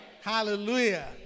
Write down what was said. Hallelujah